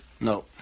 no